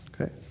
Okay